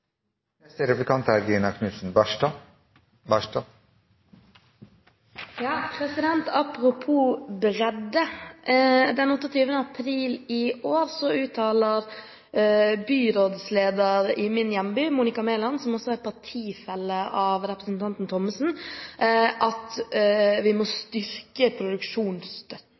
bredde: Den 28. april i år uttaler byrådslederen i min hjemby – Monica Mæland, som også er partifelle av representanten Thommessen – at vi må styrke